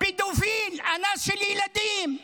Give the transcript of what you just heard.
פדופיל, אנס של ילדים.